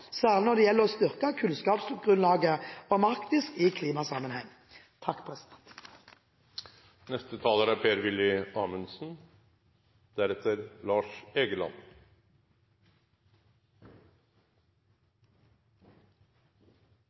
særlig når det gjelder å styrke kunnskapsgrunnlaget om Arktis i klimasammenheng. Det er